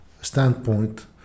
standpoint